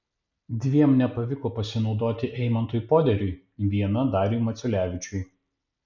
dviem nepavyko pasinaudoti eimantui poderiui viena dariui maciulevičiui